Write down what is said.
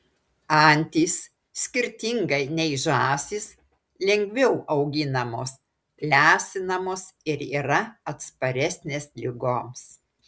antys skirtingai nei žąsys lengviau auginamos lesinamos ir yra atsparesnės ligoms